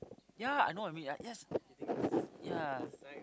ya I know what you mean right yes ya